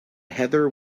heather